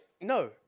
No